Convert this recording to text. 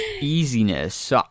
easiness